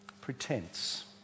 pretense